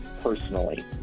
personally